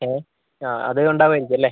ഏഹ് ആ അത് ഉണ്ടാവുമായിരിക്കും അല്ലേ